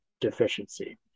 deficiency